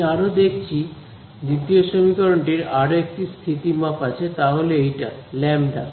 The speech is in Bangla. আমি আরও দেখছি দ্বিতীয় সমীকরণটির আরো একটি স্থিতিমাপ আছে তা হল এইটা ল্যাম্বডা